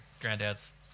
granddad's